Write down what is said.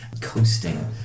coasting